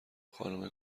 خانومه